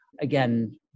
Again